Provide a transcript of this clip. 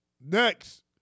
Next